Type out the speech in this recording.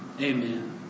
Amen